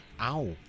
Ow